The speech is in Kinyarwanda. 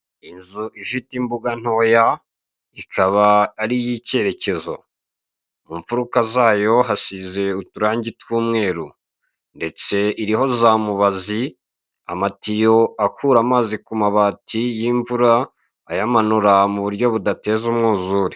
Inzu ifite imbuga ntoya ikaba ari iy'ikerekezo. Imfuruka zayo hasize uturange tw'umweru ndetse iriho za mubazi, amatiyo akura amazi ku mabati y'imvura ayamanura mu buryo budateza umwuzure.